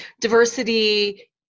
diversity